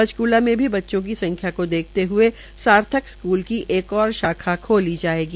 पंचकुला में भी बच्चों की संख्या को देखते हुए सार्थक स्कूल की एक ओर शाखा खोली जायेगी